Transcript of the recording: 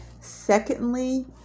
secondly